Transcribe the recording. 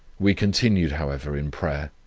we continued, however, in prayer,